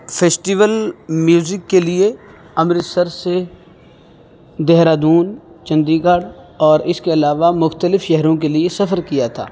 festival music کے لیے امرتسر سے دہرادون چنڈی گڑھ اور اس کے علاوہ مختلف شہروں کے لیے سفر کیا تھا